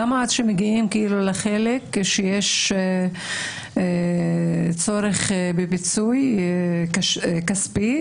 למה כשמגיעים לחלק שיש צורך בפיצוי כספי